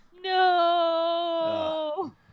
No